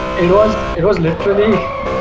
it was it was literally